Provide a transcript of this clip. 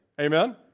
Amen